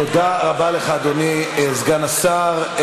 תודה רבה לך, אדוני סגן השר.